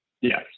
yes